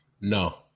No